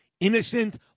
Innocent